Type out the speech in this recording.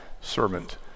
servant